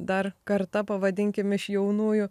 dar karta pavadinkim iš jaunųjų